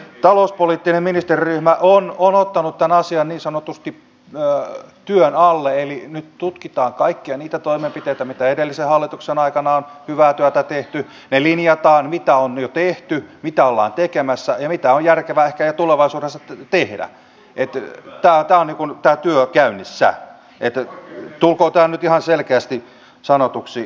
talouspoliittinen ministeriryhmä on ottanut tämän asian niin sanotusti työn alle eli nyt tutkitaan kaikkia niitä toimenpiteitä mitä edellisen hallituksen aikana on hyvää työtä tehty ne linjataan mitä on jo tehty mitä ollaan tekemässä ja mitä on järkevää ehkä tulevaisuudessa tehdä niin että tämä työ on käynnissä tulkoon tämä nyt ihan selkeästi sanotuksi